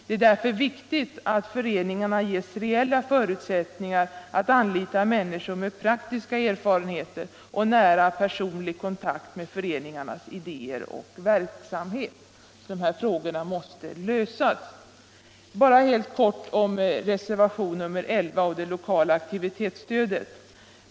Det är viktigt att föreningarna ges reella förutsättningar att anlita ledare ur sina: egna led med praktiska erfarenheter och nära personlig kontakt med föreningarnas idéer och verksamhet. De här frågorna måste lösas. Helt kort vill jag beröra reservationen 11 och det lokala aktivitetsstödet.